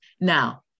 Now